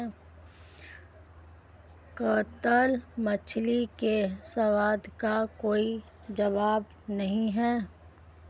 कतला मछली के स्वाद का कोई जवाब नहीं